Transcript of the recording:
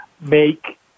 make